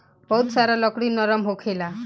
बहुत सारा लकड़ी नरम होखेला